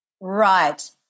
right